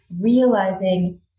realizing